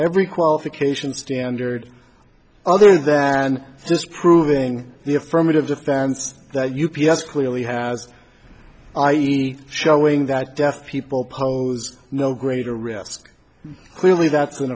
every qualification standard other than just proving the affirmative defense that you p s clearly has i e showing that deaf people pose no greater risk clearly that's an